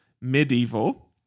medieval